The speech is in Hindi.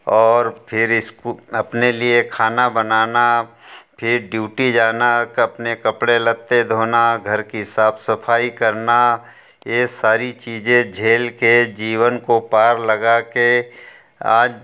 और फिर स्कू अपने लिए खाना बनाना फिर ड्यूटी जाना के अपने कपड़े लत्ते धोना घर की साफ सफाई करना ये सारी चीज़ें झेल के जीवन को पार लगा कर आज